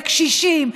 לקשישים,